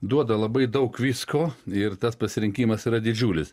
duoda labai daug visko ir tas pasirinkimas yra didžiulis